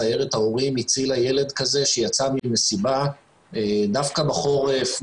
סיירת ההורים הצילה ילד כזה שיצא ממסיבה דווקא בחורף,